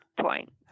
point